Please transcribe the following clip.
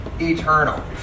eternal